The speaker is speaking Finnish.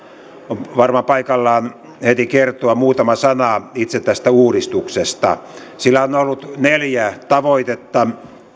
on varmaan paikallaan heti kertoa muutama sana itse tästä uudistuksesta sillä on ollut neljä tavoitetta